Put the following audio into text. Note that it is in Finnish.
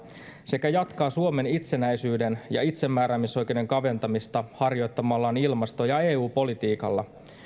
sekä jatkaa suomen itsenäisyyden ja itsemääräämisoikeuden kaventamista harjoittamallaan ilmasto ja eu politiikalla